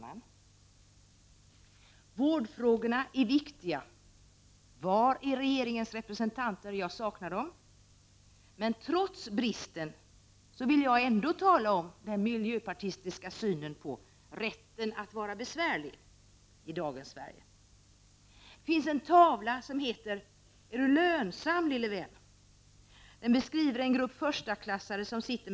Herr talman! När man anmäler sig till en allmänpolitisk debatt gör man givetvis detta därför att man skall få ett tillfälle att debattera frågor som i vanliga fall inte ryms på dagordningen och debattera dem på ett annat sätt än vad interpellationsdebatter och frågestunder ger utrymme för. Min avsikt var att här i kväll få diskutera äldreomsorgen, de oerhörda problemen som finns på det området i dag med personalförsörjningen, bristande resurser till hemtjänsten och bristen på alternativt boende. Jag ville diskutera om de förslag till lösningar som nu föreligger verkligen för problemen närmare sin lösning.